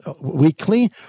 weekly